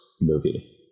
movie